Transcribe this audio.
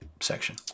section